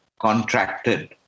contracted